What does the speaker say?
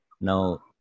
Now